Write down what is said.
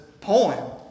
poem